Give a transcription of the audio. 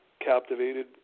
captivated